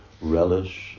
relish